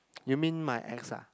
you mean my ex ah